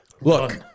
Look